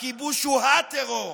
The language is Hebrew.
הכיבוש הוא ה-טרור.